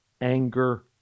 anger